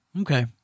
Okay